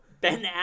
Ben